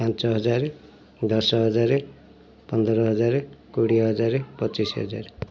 ପାଞ୍ଚ ହଜାର ଦଶ ହଜାର ପନ୍ଦର ହଜାର କୋଡ଼ିଏ ହଜାର ପଚିଶି ହଜାର